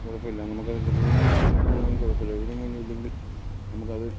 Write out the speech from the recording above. കുഴപ്പമില്ല നമുക്ക് അത് വിപണി മൂല്യം കിട്ടുന്നുണ്ടെങ്കിൽ കുഴപ്പമില്ല വിപണി മൂല്യം ഇല്ലെങ്കിൽ നമുക്ക് അത്